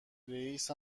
رییس